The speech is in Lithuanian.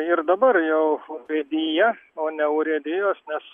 ir dabar jau urėdija o ne urėdijos nes